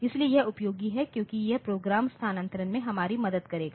इसलिए यह उपयोगी है क्योंकि यह प्रोग्राम स्थानांतरण में हमारी मदद करेगा